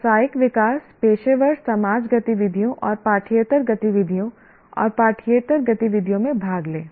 व्यावसायिक विकास पेशेवर समाज गतिविधियों और पाठ्येतर गतिविधियों और पाठ्येतर गतिविधियों में भाग लें